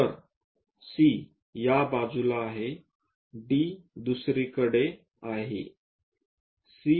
तर C या बाजूला आहे D दुसरीकडे आहे